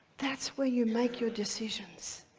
that's where you make your decisions.